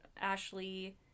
Ashley